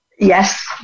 Yes